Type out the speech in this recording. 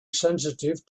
sensitive